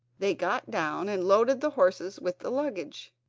they got down and loaded the horses with the luggage.